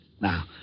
Now